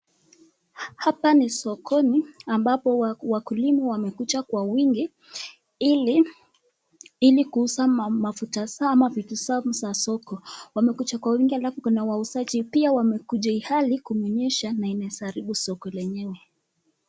Hapa ni sokoni ambako wakulima wamekuja kwa wingi ili ili kuuza ma mafuta zao ama vitu zao kwa soko . Wamekuja kwa wingi alafu pia kuna wauzaji wamekuja ilhali kumeenyesha inaweza kuharibu soko enyewe.